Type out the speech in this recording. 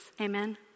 Amen